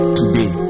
today